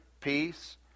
peace